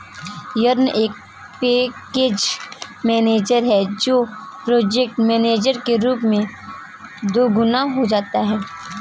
yarn एक package manager है जो प्रोजेक्ट मैनेजर के रूप में दोगुना हो जाता है